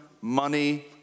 money